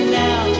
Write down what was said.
now